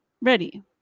ready